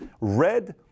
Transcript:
Red